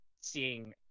seeing